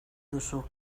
duzu